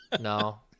No